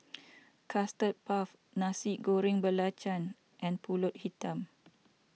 Custard Puff Nasi Goreng Belacan and Pulut Hitam